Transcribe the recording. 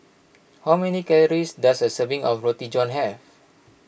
how many calories does a serving of Roti John have